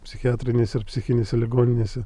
psichiatrinėse ir psichinėse ligoninėse